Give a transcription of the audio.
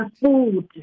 food